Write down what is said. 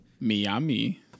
Miami